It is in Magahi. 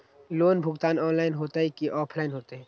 लोन भुगतान ऑनलाइन होतई कि ऑफलाइन होतई?